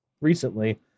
recently